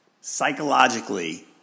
psychologically